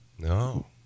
No